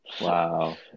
Wow